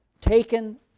taken